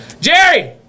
Jerry